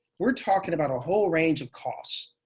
we're talking about a whole range of costs.